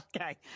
Okay